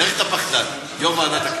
תראה איך אתה פחדן, יו"ר ועדת הכנסת.